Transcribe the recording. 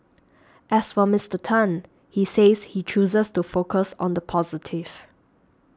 as for Mister Tan he says he chooses to focus on the positive